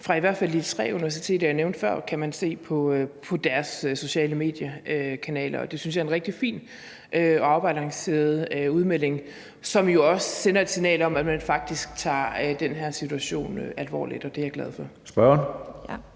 fra i hvert fald de tre universiteter, jeg nævnte før, kan man se på deres sociale medier-kanaler, og det synes jeg er en rigtig fin og afbalanceret udmelding, som jo også sender et signal om, at man faktisk tager den her situation alvorligt, og det er jeg glad for.